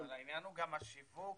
העניין הוא גם השיווק